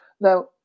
Now